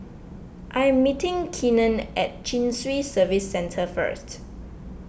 I am meeting Keenen at Chin Swee Service Centre first